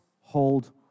hold